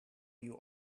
you